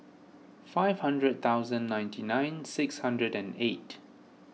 five hundred thousand ninety nine six hundred and eight